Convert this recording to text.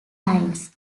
lines